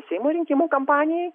seimo rinkimų kampanijai